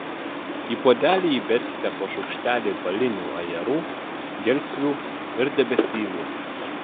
į puodelį įberkite po šaukštelį balinių ajerų gelsvių ir debesylų